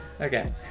okay